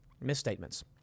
misstatements